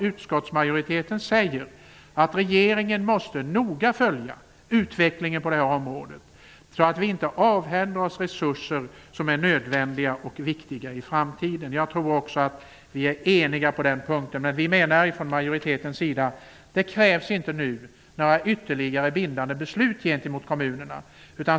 Utskottsmajoriteten säger att regeringen måste noga följa utvecklingen på det här området, så att vi inte avhänder oss resurser som är nödvändiga och viktiga i framtiden. Jag tror också att vi är eniga på den punkten, men vi menar från majoritetens sida att det inte nu krävs några ytterligare bindande beslut gentemot kommunerna.